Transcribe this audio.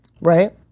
Right